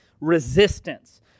resistance